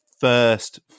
first